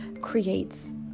creates